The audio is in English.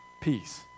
peace